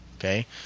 okay